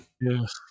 Yes